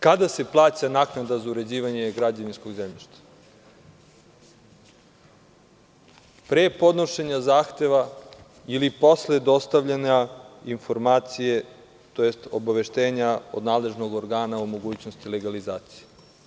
Kada se plaća naknada za uređivanje građevinskog zemljišta, pre podnošenja zahteva ili posle dostavljanja informacije, tj. obaveštenja od nadležnog organa o mogućnosti legalizacije?